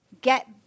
get